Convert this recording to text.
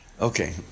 Okay